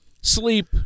sleep